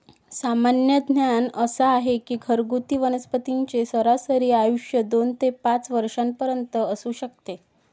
सामान्य ज्ञान असा आहे की घरगुती वनस्पतींचे सरासरी आयुष्य दोन ते पाच वर्षांपर्यंत असू शकते